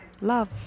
Love